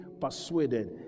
persuaded